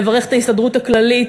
לברך את ההסתדרות הכללית,